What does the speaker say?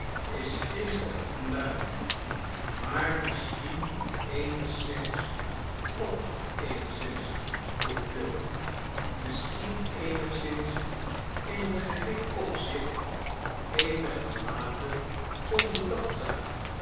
is geestig en luimig maar misschien eenigszins wat eenigszins vroeg quilp misschien eenigszins in een gering opzicht eenigermate onbedachtzaam